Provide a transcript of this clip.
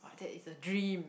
but that is a dream